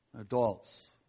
adults